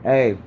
Hey